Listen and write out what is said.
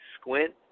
Squint